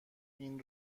این